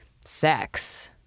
sex